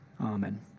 Amen